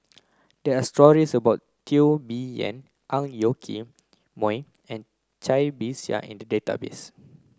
there are stories about Teo Bee Yen Ang Yoke Mooi and Cai Bixia in the database